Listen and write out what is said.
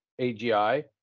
AGI